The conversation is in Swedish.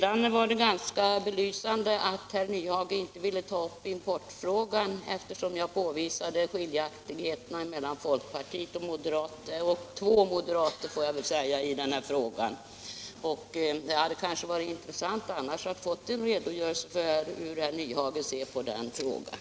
Det var f. ö. ganska belysande att herr Nyhage inte ville ta upp importfrågan, eftersom jag påvisade skiljaktigheterna mellan folkpartiet och två moderater. Det hade varit intressant att få en redogörelse för hur herr Nyhage ser på den saken.